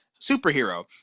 superhero